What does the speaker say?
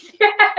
Yes